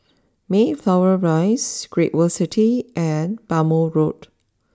Mayflower Rise Great World City and Bhamo Road